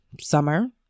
summer